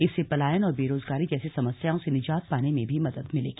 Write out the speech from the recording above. इससे पलायन और बेरोजगारी जैसी समस्याओं से निजात पाने में भी मदद मिलेगी